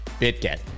BitGet